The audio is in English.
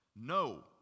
No